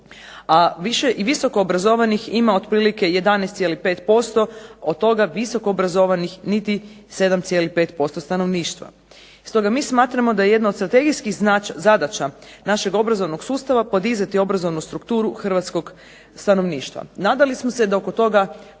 a i visoko obrazovanih ima otprilike 11,5%, od toga visoko obrazovanih niti 7,5% stanovništva. Stoga mi smatramo da je jedna od strategijskih zadaća našeg obrazovnog sustava podizati obrazovnu strukturu hrvatskog stanovništva. Nadali smo se da oko toga